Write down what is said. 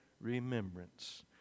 remembrance